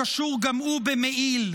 הקשור גם הוא במעיל,